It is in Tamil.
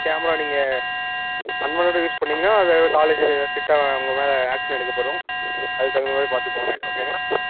கேமரா நீங்கள் அன்வான்ட்டடாக யூஸ் பண்ணிங்கன்னா அதை காலேஜ் ஸ்ட்ரிக்டாக உங்கள் மேலே ஆக்ஷன் எடுக்கப்படும் அதற்கு தகுந்தமாதிரி பார்த்துக்கோங்க ஓகேங்களா